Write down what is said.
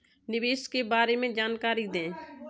निवेश के बारे में जानकारी दें?